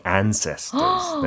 ancestors